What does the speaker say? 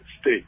state